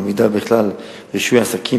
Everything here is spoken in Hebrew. עמידה בכללי רישוי עסקים,